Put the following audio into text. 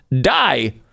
die